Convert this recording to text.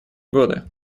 годы